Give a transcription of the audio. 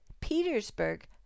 Petersburg